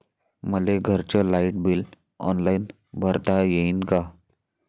मले घरचं light bill online भरता येईन का?